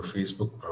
Facebook